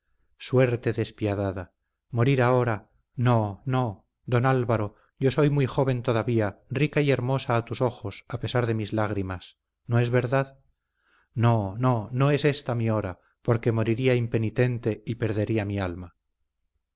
suerte despiadada morir ahora no no don álvaro yo soy muy joven todavía rica y hermosa a tus ojos a pesar de mis lágrimas no es verdad no no no es esta mi hora porque moriría impenitente y perdería mi alma